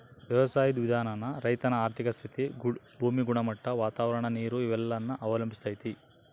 ವ್ಯವಸಾಯುದ್ ವಿಧಾನಾನ ರೈತನ ಆರ್ಥಿಕ ಸ್ಥಿತಿ, ಭೂಮಿ ಗುಣಮಟ್ಟ, ವಾತಾವರಣ, ನೀರು ಇವೆಲ್ಲನ ಅವಲಂಬಿಸ್ತತೆ